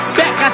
back